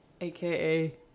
AKA